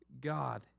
God